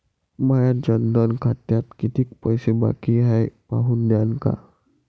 माया जनधन खात्यात कितीक पैसे बाकी हाय हे पाहून द्यान का?